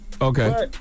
Okay